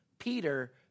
Peter